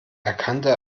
erkannte